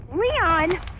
Leon